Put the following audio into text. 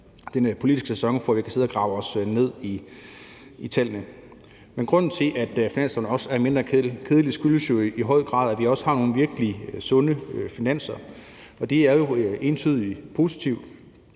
den politiske sæson, hvor vi kan sidde og grave os ned i tallene. Grunden til, at finanslovsforslaget også er mindre kedeligt, er i høj grad, at vi har nogle virkelig sunde finanser, og det er jo entydig positivt.